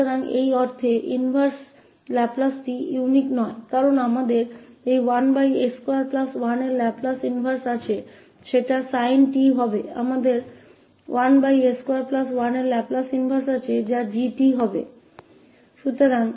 तो उस अर्थ में इनवर्स लाप्लास अद्वितीय नहीं है क्योंकि हमारे पास लाप्लास इनवर्स 1s21 का sin t है हमारे पास में 1s21 का लाप्लास इनवर्स भी है 𝑔𝑡 के रूप में